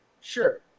sure